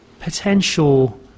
potential